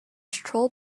troll